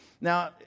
Now